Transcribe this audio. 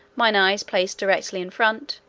mine eyes placed directly in front,